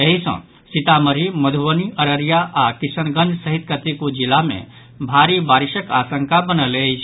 एहि सॅ सीतामढ़ी मधुबनी अररिया आओर किशनगंज सहित कतेको जिला मे भारी बारिशक आशंका बनल अछि